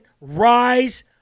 rise